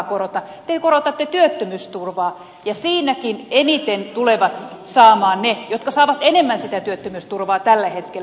te korotatte työttömyysturvaa ja siinäkin eniten tulevat saamaan ne jotka saavat enemmän sitä työttömyysturvaa tällä hetkellä